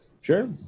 Sure